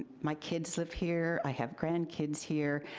my kids live here, i have grandkids here,